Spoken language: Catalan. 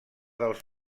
dels